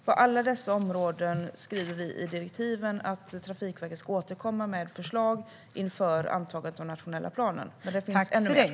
På alla dessa områden skriver vi i direktiven att Trafikverket ska återkomma med förslag inför antagandet av den nationella planen. Men det finns ännu mer.